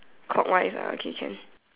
clockwise ah okay can